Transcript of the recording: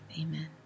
amen